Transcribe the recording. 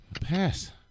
Pass